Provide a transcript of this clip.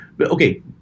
okay